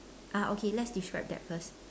ah okay let's describe that first